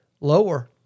lower